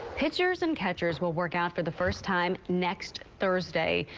pitchers and catchers will work after the first time next thursday,